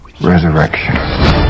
Resurrection